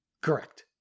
Correct